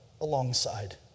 alongside